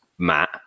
matt